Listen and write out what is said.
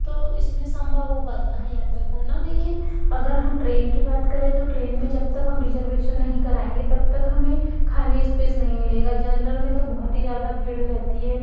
तो इस में संभव हो पाता है यात्रा करना लेकिन अगर हम ट्रैन की बात करें तो ट्रैन में जब तक हम रिज़र्वेशन नहीं कराएंगे तब तक हमें खाली स्पेस नहीं मिलेगा जनरल में तो बहुत ही ज़्यादा भीड़ रहती है